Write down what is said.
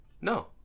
No